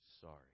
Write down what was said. sorry